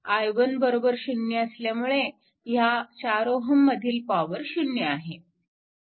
i1 0 असल्याने ह्या 4Ω मधील पॉवर 0 आहे